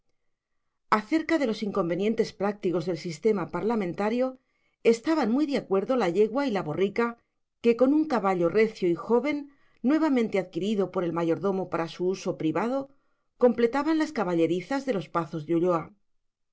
acerca de los inconvenientes prácticos del sistema parlamentario estaban muy de acuerdo la yegua y la borrica que con un caballo recio y joven nuevamente adquirido por el mayordomo para su uso privado completaban las caballerizas de los pazos de ulloa